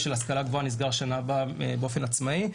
של ההשכלה הגבוהה נסגר שנה הבאה באופן עצמאי.